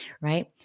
Right